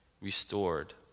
restored